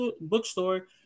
bookstore